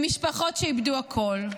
למשפחות שאיבדו הכול,